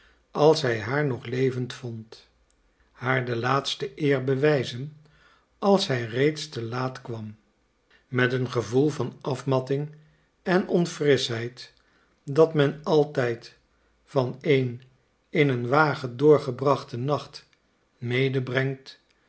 als hij haar nog levend vond haar de laatste eer bewijzen als hij reeds te laat kwam met een gevoel van afmatting en onfrischheid dat men altijd van een in een wagen doorgebrachten nacht